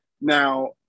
Now